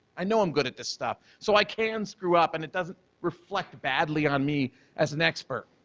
i know i'm good at this stuff, so i can screw up and it doesn't reflect badly on me as an expert.